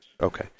Okay